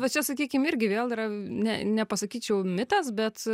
va čia sakykim irgi vėl yra ne nepasakyčiau mitas bet